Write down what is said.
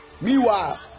Meanwhile